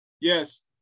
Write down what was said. yes